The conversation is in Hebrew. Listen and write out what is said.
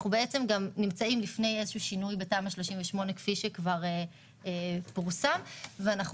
אנחנו נמצאים לפני שינוי בתמ"א 38 כפי שכבר פורסם ואנחנו